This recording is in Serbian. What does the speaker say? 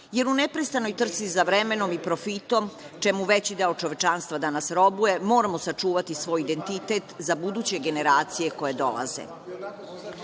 jer u neprestanoj trci za vremenom i profitom, čemu veći deo čovečanstva danas robuje, moramo sačuvati svoj identitet za buduće generacije koje dolaze. Srbija